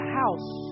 house